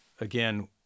again